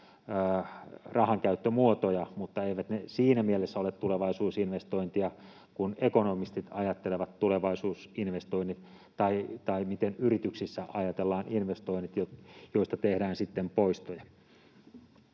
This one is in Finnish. rahankäyttömuoto, mutta eivät ne siinä mielessä ole tulevaisuusinvestointeja kuin ekonomistit ajattelevat tulevaisuusinvestoinnit tai miten yrityksissä ajatellaan investoinnit, joista tehdään sitten poistoja.